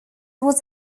was